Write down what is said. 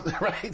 Right